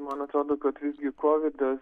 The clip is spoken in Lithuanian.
man atrodo kad visgi kovidas